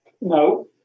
No